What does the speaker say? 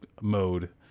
mode